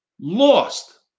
lost